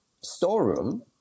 storeroom